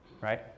Right